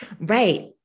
Right